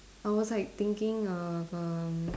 I was like thinking of erm